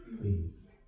Please